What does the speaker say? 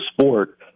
sport